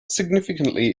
significantly